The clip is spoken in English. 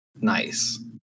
nice